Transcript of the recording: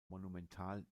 monumental